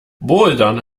bouldern